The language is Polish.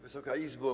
Wysoka Izbo!